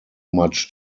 much